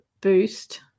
boost